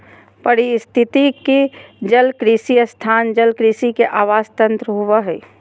पारिस्थितिकी जलकृषि स्थान जलकृषि के आवास तंत्र होबा हइ